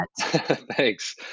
Thanks